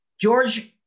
George